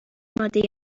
ماده